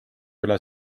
üle